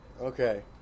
Okay